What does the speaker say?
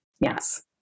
Yes